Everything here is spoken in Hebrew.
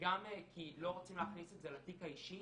וגם כי לא רוצים להכניס את זה לתיק האישי